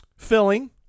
Filling